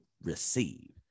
receive